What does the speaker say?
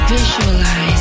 Visualize